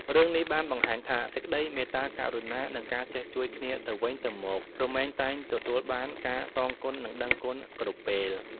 រឿងនេះបានបង្ហាញថា សេចក្តីមេត្តាករុណា និង ការចេះជួយគ្នាទៅវិញទៅមក រមែងតែងទទួលបានការសងគុណនិងដឹងគុណគ្រប់ពេល។